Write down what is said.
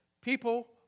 People